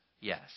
Yes